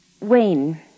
Wayne